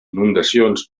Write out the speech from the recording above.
inundacions